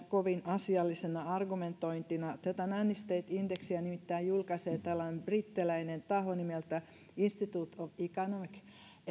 kovin asiallisena argumentointina tätä nanny state indexiä nimittäin julkaisee tällainen brittiläinen taho nimeltä institute of economic